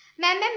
ma'am and